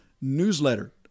newsletter